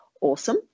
awesome